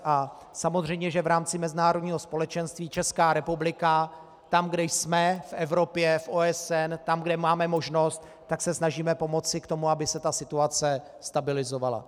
A samozřejmě že v rámci mezinárodního společenství Česká republika tam, kde jsme v Evropě, v OSN, tam, kde máme možnost, tak se snažíme pomoci k tomu, aby se situace stabilizovala.